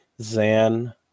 Zan